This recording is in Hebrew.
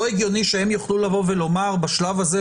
לא הגיוני שהם יוכלו לבוא ולומר בשלב הזה,